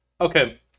Okay